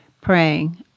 praying